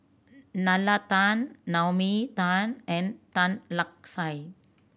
Nalla Tan Naomi Tan and Tan Lark Sye